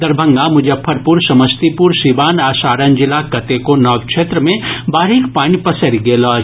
दरभंगा मुजफ्फरपुर समस्तीपुर सीवान आ सारण जिलाक कतेको नव क्षेत्र मे बाढ़िक पानि पसरि गेल अछि